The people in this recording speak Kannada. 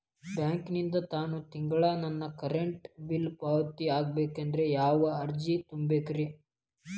ಬ್ಯಾಂಕಿಂದ ತಾನ ತಿಂಗಳಾ ನನ್ನ ಕರೆಂಟ್ ಬಿಲ್ ಪಾವತಿ ಆಗ್ಬೇಕಂದ್ರ ಯಾವ ಅರ್ಜಿ ತುಂಬೇಕ್ರಿ?